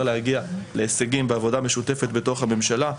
להגיע להישגים בעבודה משותפת בתוך הממשלה.